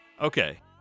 Okay